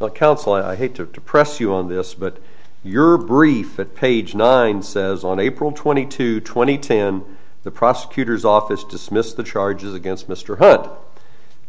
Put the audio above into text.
i hate to depress you on this but your brief it page nine says on april twenty two twenty ten the prosecutor's office dismissed the charges against mr hood